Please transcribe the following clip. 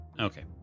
Okay